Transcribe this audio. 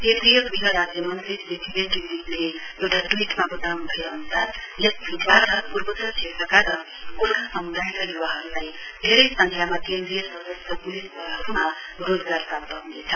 केन्द्रीय गृह राज्य मन्त्री श्री किरेन रिजिजुले एउटा ट्वीटमा वताउनु भए अनुसार यस छूटवाट पूर्वोत्तर क्षेत्रका र गोर्का समुदायका युवाहरुलाई धेरै संख्यामा केन्द्रीय सशस्त्र पुलिस वलहरुमा रोजगार प्राप्त हुनेछ